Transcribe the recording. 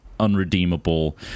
unredeemable